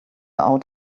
out